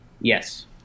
Yes